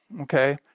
Okay